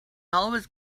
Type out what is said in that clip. always